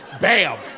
Bam